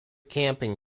camping